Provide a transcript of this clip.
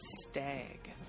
Stag